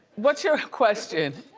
what's your question?